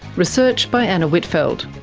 research by anna whitfeld,